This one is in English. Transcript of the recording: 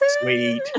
sweet